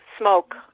smoke